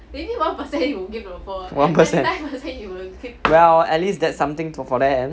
one percent well at least that something to for them